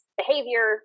behavior